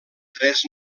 tres